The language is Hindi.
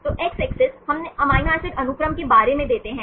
तो एक्स अक्ष हम अमीनो एसिड अनुक्रम के बारे में देते हैं